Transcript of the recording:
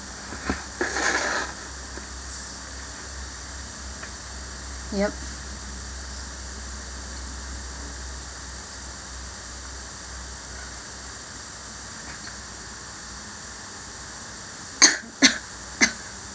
yup